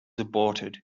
aborted